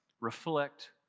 reflect